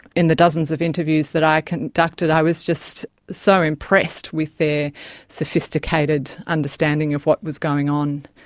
in the dozens of interviews that i conducted, i was just so impressed with their sophisticated understanding of what was going on.